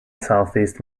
southeast